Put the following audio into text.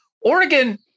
Oregon